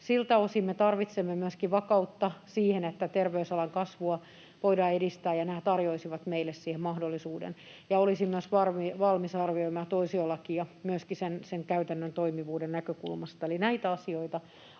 siltä osin me tarvitsemme myöskin vakautta siihen, että terveysalan kasvua voidaan edistää, ja nämä tarjoaisivat meille siihen mahdollisuuden. Olisin myös valmis arvioimaan toisiolakia myöskin sen käytännön toimivuuden näkökulmasta. Eli näitä asioita